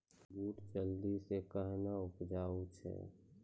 बूट जल्दी से कहना उपजाऊ छ?